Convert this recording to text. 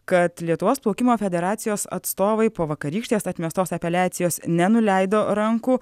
kad lietuvos plaukimo federacijos atstovai po vakarykštės atmestos apeliacijos nenuleido rankų